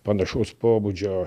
panašaus pobūdžio